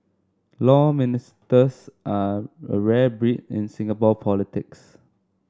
Law Ministers are a rare breed in Singapore politics